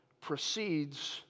proceeds